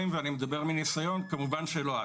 נכון.